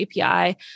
API